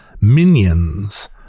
minions